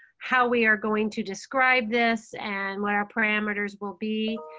how we are going to describe this and what our parameters will be